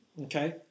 Okay